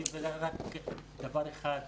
רק עוד דבר אחד,